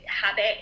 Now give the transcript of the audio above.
habit